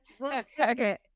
Okay